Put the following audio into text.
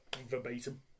verbatim